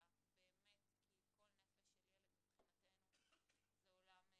אלא באמת כי כל נפש של ילד מבחינתנו זה עולם ומלואו.